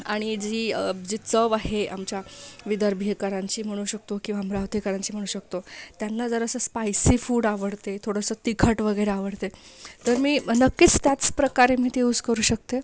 आणि जी चव आहे आमच्या विदर्भिकरांची म्हणू शकतो किंवा अमरावतीकरांची म्हणू शकतो त्यांना जरासं स्पायसी फूड आवडते थोडंसं तिखट वगैरे आवडते तर मी नक्कीच त्याच प्रकारे मी ते युज करू शकते